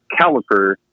caliper